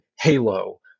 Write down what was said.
Halo